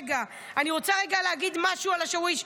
רגע, אני רוצה רגע להגיד משהו על השאוויש.